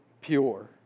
pure